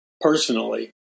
personally